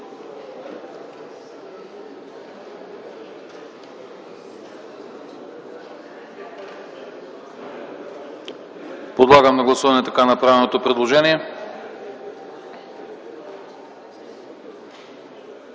Подлагам на гласуване така направеното предложение.